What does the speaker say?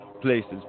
places